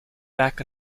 back